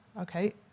Okay